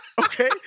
Okay